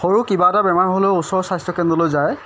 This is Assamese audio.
সৰু কিবা এটা বেমাৰ হ'লেও ওচৰৰ স্বাস্থ্যকেন্দ্ৰলৈ যায়